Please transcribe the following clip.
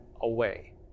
away